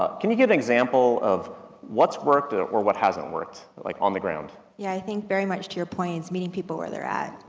ah can you give an example of what's worked, ah, or what hasn't worked, like on the ground? yeah, i think very much to your point, it's meeting people where they're at,